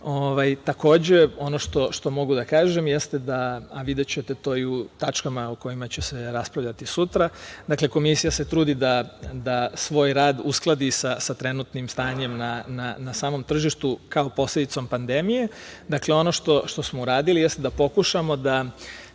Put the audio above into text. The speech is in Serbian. temu. Takođe, ono što mogu da kažem, a videćete to i u tačkama o kojima će se raspravljati sutra, Komisija se trudi da svoj rad uskladi sa trenutnim stanjem na samom tržištu kao posledicom pandemije. Dakle, ono što smo uradili, jeste da pokušamo da